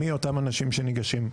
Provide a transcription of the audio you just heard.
מי אותם אנשים שניגשים?